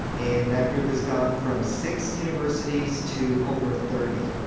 and that group has gone from six universities to over thirty.